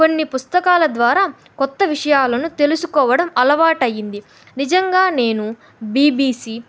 కొన్ని పుస్తకాల ద్వారా కొత్త విషయాలను తెలుసుకోవడం అలవాటయ్యింది నిజంగా నేను బీబీసి